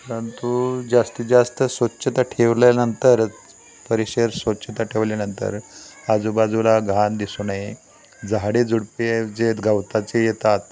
परंतु जास्तीत जास्त स्वच्छता ठेवल्यानंतर परिसर स्वच्छता ठेवल्यानंतर आजूबाजूला घाण दिसू नये झाडे झुडपे जे गवताचे येतात